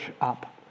up